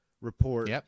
report